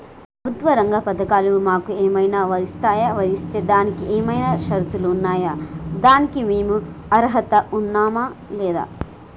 ప్రభుత్వ రంగ పథకాలు మాకు ఏమైనా వర్తిస్తాయా? వర్తిస్తే దానికి ఏమైనా షరతులు ఉన్నాయా? దానికి మేము అర్హత ఉన్నామా లేదా?